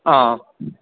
ആ